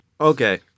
Okay